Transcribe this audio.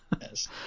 Yes